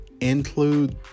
include